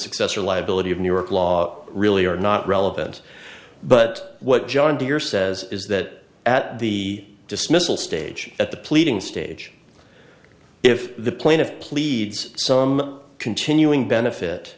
success or liability of new york law really are not relevant but what john deere says is that at the dismissal stage at the pleading stage if the plan of pleads some continuing benefit